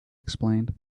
explained